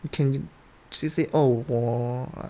you can still see oh~